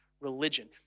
religion